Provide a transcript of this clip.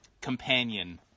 companion